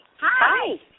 Hi